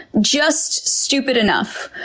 just stupid enough.